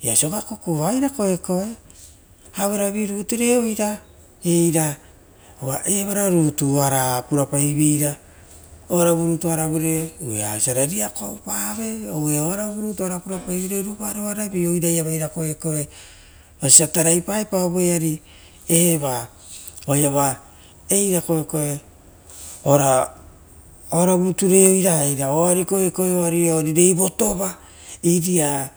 easiakukuva eira koekoe auero ruture oira era, era ova vara rutu orara purapai vera oaisio ra riako oupave ora oravu ruvaruaravi oiraiava eira koekoe osia tarai paiepao voeari va oaiava eira koekoe oa ravuruture oira era oari rei votova iria.